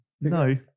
no